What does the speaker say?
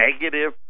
negative